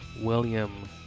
William